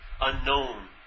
unknown